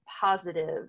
positive